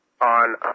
on